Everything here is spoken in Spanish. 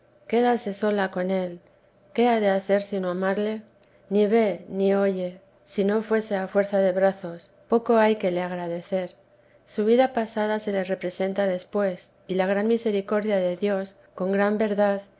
quédase sola con él qué ha de hacer sino amarle ni ve ni oye si no fuese á fuerza de brazos poco hay que le agradecer su vida pasada se le representa después y la gran misericordia de dios con gran verdad